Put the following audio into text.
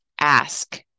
ask